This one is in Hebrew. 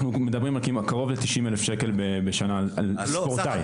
אנחנו מדברים על קרוב ל-90 אלף שקלים בשנה על ספורטאי.